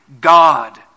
God